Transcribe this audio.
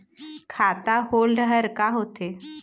खाता होल्ड हर का होथे?